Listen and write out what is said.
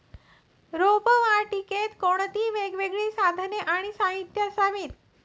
रोपवाटिकेत कोणती वेगवेगळी साधने आणि साहित्य असावीत?